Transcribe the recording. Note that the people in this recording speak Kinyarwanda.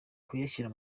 kuyashyira